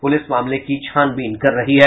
police मामले की छानबीन कर रही है